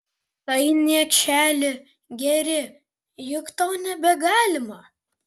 tai niekšeli geri juk tau nebegalima